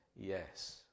yes